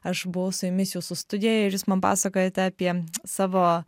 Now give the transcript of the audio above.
aš buvau su jumis jūsų studijoje ir jūs man pasakojote apie savo